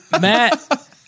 Matt